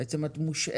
בעצם את מושאלת,